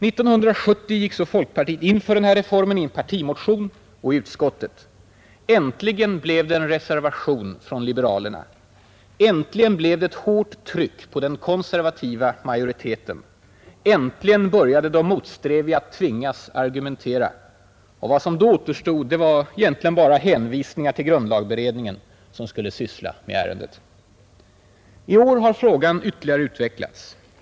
1970 gick så folkpartiet in för den här reformen i en partimotion och i utskottet. Äntligen blev det en reservation från liberalerna. Äntligen blev det ett hårt tryck på den konservativa majoriteten. Äntligen började de motsträviga att tvingas argumentera. Och vad som då återstod var främst hänvisningar till grundlagberedningen, som skulle syssla med ärendet. I år har frågan ytterligare utvecklats.